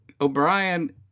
o'brien